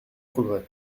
progrès